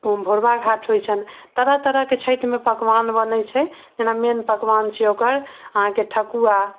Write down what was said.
भोरका घाट होइ छनि तरह तरह के छठि मे पकवान बनै छै जेना मेन पकवान छियै ओकर अहाँके ठकुआ